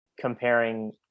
comparing